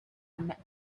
met